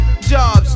jobs